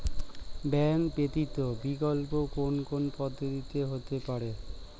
Bank ব্যতীত বিকল্প কোন কোন পদ্ধতিতে হতে পারে?